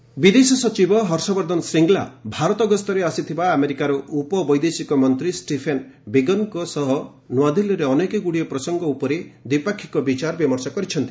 foreign secretary ବିଦେଶ ସଚିବ ହର୍ଷବର୍ଦ୍ଧନ ଶ୍ରୀଙ୍ଗଲା ଭାରତ ଗସ୍ତରେ ଆସିଥିବା ଆମେରିକାର ଉପ ବୈଦେଶିକ ମନ୍ତ୍ରୀ ଷ୍ଟିଫେନ୍ ବିଗନ୍ଙ୍କ ସହନୂଆଦିଲ୍ଲୀରେ ଅନେକଗୁଡିଏ ପ୍ରସଙ୍ଗ ଉପରେ ଦ୍ୱିପାକ୍ଷିକ ବିଚାର ବିମର୍ଷ କରିଛନ୍ତି